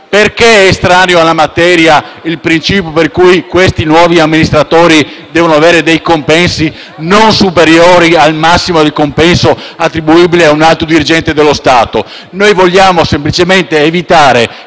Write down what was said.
allora è estraneo alla materia il principio per cui i nuovi amministratori devono avere compensi non superiori al massimo del compenso attribuibile ad un alto dirigente dello Stato?